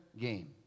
game